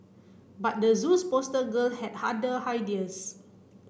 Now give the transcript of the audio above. but the zoo's poster girl had other ideas